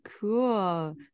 cool